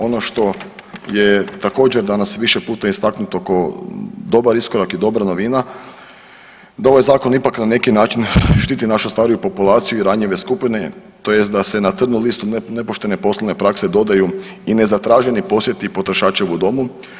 Ono što je također danas više puta istaknuto kao dobar iskorak i dobra novina, da ovaj zakon ipak na neki način štiti našu stariju populaciju i ranjive skupine, tj. da se na crnu listu nepoštene poslovne prakse dodaju i nezatraženi posjeti potrošačevu domu.